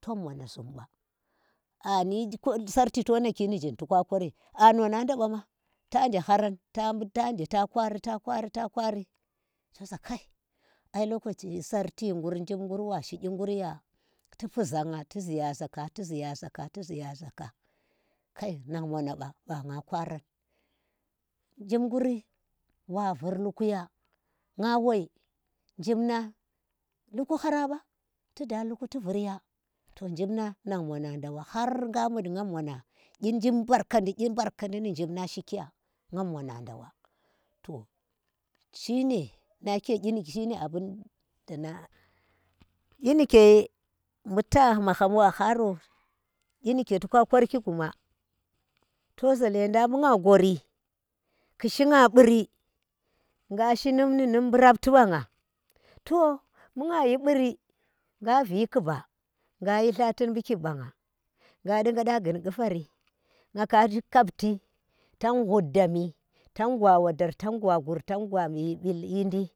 Tommana tsumba anyi sarchi to naki nzyin toka kori, ano nanda bama taje haram ta kwari ta kwari ta kwari to za kai ai lokachi sarchi ghur jim gur washi kyi ghur ya tipuzanga tizi yaza ka tiziya ka tizi ya za ka kai nang mona ɓa ba nga kwaran. Jim ghuri wa vur luku ya nga wai jim nang luku haraba, ti da lukuti vurgu to jim nang nang mona dawa har gha mudi gham mona ghi jib mbar kadi, bi mbarkandi ni jimnang shikiya gham mona nda ba to shine nake kyi shine abun dana kyi nike buta mag ham wa haro, kyi ike to ka khorki guma, to za, ledag buga gori, ki shiga buri, gashi numn ni um bu rafti banga to bi ngayi buri, nga vi kuba ngayi tlati bi kib banga, nga ndi nga nda ngi n ghufari nga kashi kabti tang hund dami tang gwawadar tang gwa gur tung gwa yindi